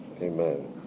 Amen